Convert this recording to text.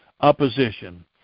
opposition